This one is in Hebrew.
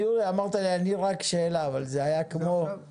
אמרת אני רק שאלה אבל זה היה כמו